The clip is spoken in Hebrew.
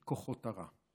את כוחות הרע.